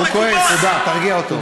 הוא כועס, תרגיע אותו.